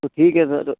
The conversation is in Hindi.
तो ठीक है सर